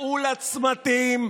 צאו לצמתים,